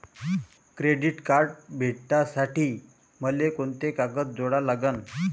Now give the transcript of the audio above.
Credit card भेटासाठी मले कोंते कागद जोडा लागन?